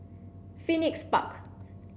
Phoenix Park